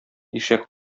ишәк